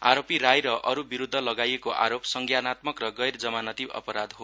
आरोपी राई र अरू विरूद्ध लागाइएको आरोप संज्ञानात्मक र गैर जमानती अपराध हो